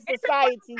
society